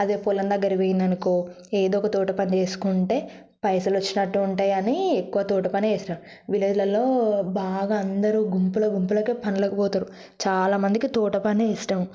అదే పొలం దగ్గరికి పోయిందనుకో ఏదో ఒక తోట పని చేసుకుంటే పైసలు వచ్చినట్టే ఉంటాయి అని ఇక తోట పని చేస్తాం విలేజ్లల్లో బాగా అందరూ గుంపుల గుంపులకే పనులకు పోతారు చాలామందికి తోట పని ఇష్టం